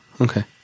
Okay